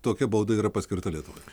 tokia bauda yra paskirta lietuvoj